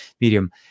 medium